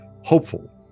hopeful